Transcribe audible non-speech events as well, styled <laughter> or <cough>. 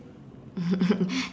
<laughs>